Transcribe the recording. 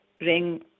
ring